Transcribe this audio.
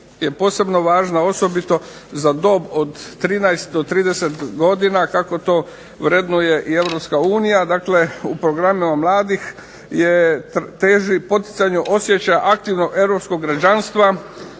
je posebno važna, osobito za dob od 13 do 30 godina kako to vrednuje i Europska unija, dakle u programima mladih teži poticanju osjećaja aktivnog europskog građanstva,